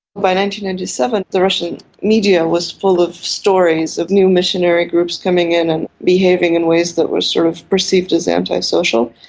ninety ninety seven the russian media was full of stories of new missionary groups coming in and behaving in ways that was sort of perceived as anti-social.